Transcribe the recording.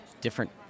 Different